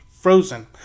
Frozen